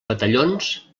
batallons